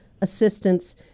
assistance